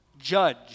judge